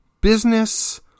business